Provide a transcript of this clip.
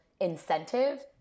incentive